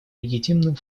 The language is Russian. легитимным